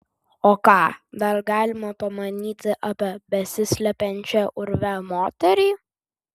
o ką dar galima pamanyti apie besislepiančią urve moterį